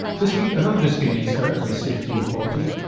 this week, another visiting expert in safety and quality,